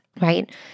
right